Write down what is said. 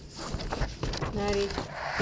ni hari